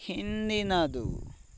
ಹಿಂದಿನದು